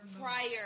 prior